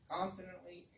Confidently